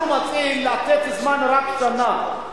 אנחנו מציעים לתת זמן רק שנה.